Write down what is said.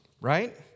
right